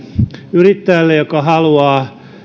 yrittäjälle joka haluaa